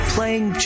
Playing